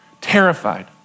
Terrified